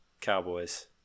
Cowboys